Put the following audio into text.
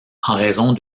raison